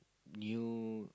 new